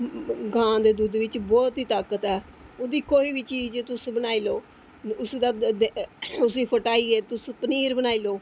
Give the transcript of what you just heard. गां दे दुद्ध च बहोत ई ताकत ऐ ते तुस कोई बी चीज़ ऐ ते उसी फटाइयै तुस पनीर बनाई लैओ